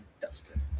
Dustin